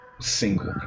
single